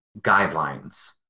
guidelines